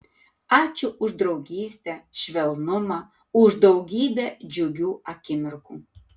ačiū už draugystę švelnumą už daugybę džiugių akimirkų